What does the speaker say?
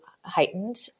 heightened